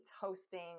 hosting